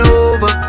over